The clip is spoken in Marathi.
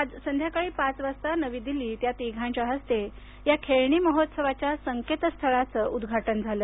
आज संध्याकाळी पाच वाजता नवी दिल्लीत या तिघांच्या हस्ते या खेळणी महोत्सवाच्या संकेतस्थळाचं उद्घाटन झालं